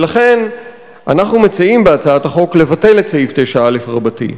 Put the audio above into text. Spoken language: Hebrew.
ולכן אנחנו מציעים בהצעת החוק לבטל את סעיף 9א רבתי.